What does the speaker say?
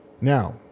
Now